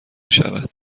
شود